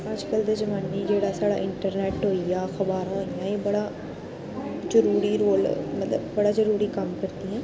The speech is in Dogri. अज्जकल दे जमाने च जेह्ड़ा साढ़ा इंटरनेट होई गेआ अखबारां होई गेइयां एह् बड़ा जरूरी मतलब बड़ा जरूरी कम्म करदियां